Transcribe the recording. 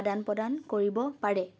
আদান প্ৰদান কৰিব পাৰে